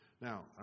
Now